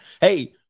Hey